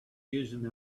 using